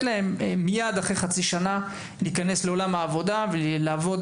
להם מייד אחרי חצי שנה להיכנס לעולם העבודה ולעבוד